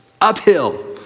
uphill